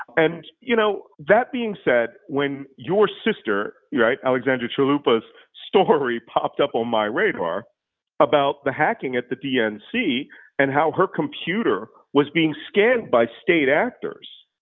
and you know that being said, when your sister alexandra chalupa's story popped up on my radar about the hacking at the dnc and how her computer was being scanned by state actors,